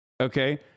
Okay